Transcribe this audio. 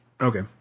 Okay